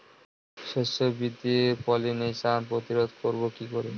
শস্য বৃদ্ধির পলিনেশান প্রতিরোধ করব কি করে?